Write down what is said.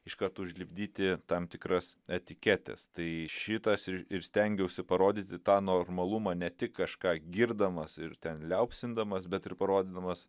iškart užlipdyti tam tikras etiketes tai šitą ir stengiausi parodyti tą normalumą ne tik kažką girdamas ir ten liaupsindamas bet ir parodydamas